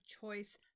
choice